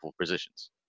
positions